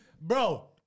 Bro